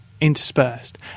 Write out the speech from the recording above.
interspersed